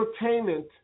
entertainment